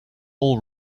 all